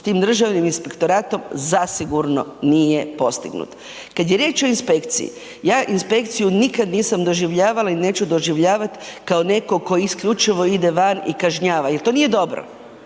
s tim Državnim inspektoratom zasigurno nije postignut. Kad je riječ o inspekciji ja inspekciju nikad nisam doživljavala i neću doživljavat kao netko tko isključivo ide van i kažnjava, jer to nije dobro,